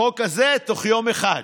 החוק הזה, תוך יום אחד.